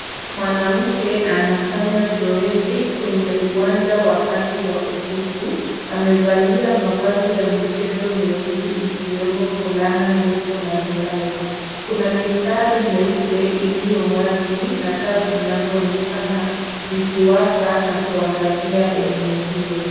Mwanamke anafanya zoezi kwenye uwanja wakati wa usiku. Amevalia mavazi ya michezo meusi ikiwemo fulana ndefu na glavu. Kuna mistari nyeupe iliyowazi na taa zinazoonekana zikiwaka na kuangazia eneo hilo.